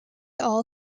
all